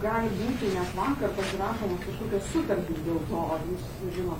gali būti nes vakar pasirašomos kažkokios sutartys dėl to ar jūs žinot